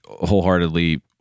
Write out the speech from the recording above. wholeheartedly